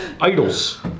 Idols